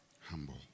humble